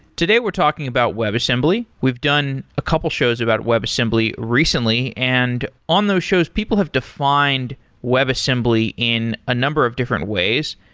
today we're talking about webassembly. we've done a couple shows about webassembly recently, and on those shows, people have defined webassembly in a number of different ways.